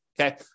Okay